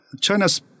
China's